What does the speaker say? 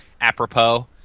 apropos